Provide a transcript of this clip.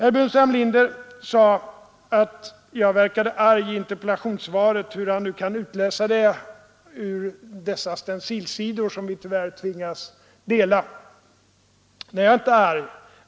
Herr Burenstam Linder sade att jag verkade arg i interpellationssvaret — hur han nu kan utläsa det ur de stencilerade sidor som vi tyvärr tvingas använda. Nej, jag är inte arg.